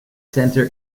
center